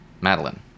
Madeline